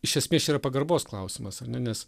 iš esmės yra pagarbos klausimas ar ne nes